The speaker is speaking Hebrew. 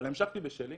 אבל המשכתי בשלי.